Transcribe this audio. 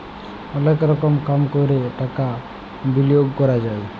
অলেক রকম কাম ক্যরে টাকা বিলিয়গ ক্যরা যায়